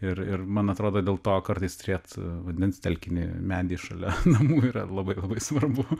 ir ir man atrodo dėl to kartais turėt vandens telkinį medį šalia namų yra labai labai svarbu